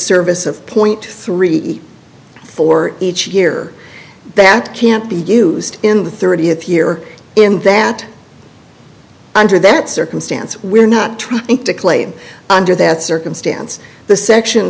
service of point three eight for each year that can't be used in the thirtieth year in that under that circumstance we're not trying to claim under that circumstance the section